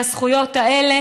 והזכויות האלה